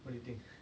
what do you think